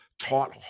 taught